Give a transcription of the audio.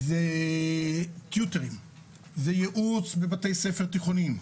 זה ייעוץ בבתי ספר תיכוניים.